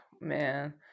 man